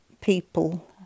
people